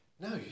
No